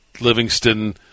Livingston